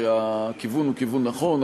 שהכיוון הוא כיוון נכון,